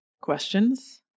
questions